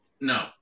No